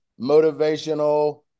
motivational